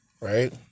right